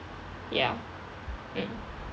ya mm